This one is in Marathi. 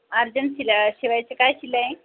अर्जंट शिला शिवायची काय शिलाई